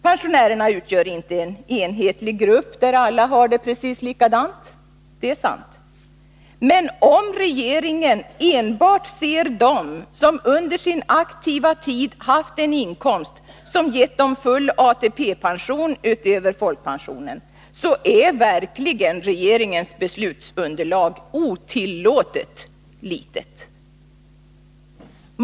Pensionärerna utgör inte en enhetlig grupp där alla har det precis likadant, det är sant. Men om regeringen enbart ser dem som under sin aktiva tid haft en inkomst som gett dem full ATP-pension utöver folkpensionen, är verkligen beslutsunderlaget otillåtet litet.